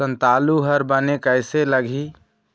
संतालु हर बने कैसे लागिही?